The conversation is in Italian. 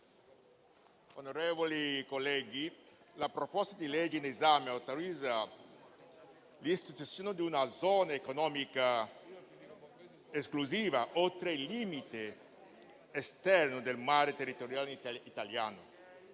onorevoli colleghi, la proposta di legge in esame autorizza l'introduzione di una zona economica esclusiva oltre il limite esterno del mare territoriale italiano.